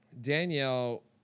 Danielle